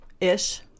ish